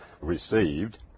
received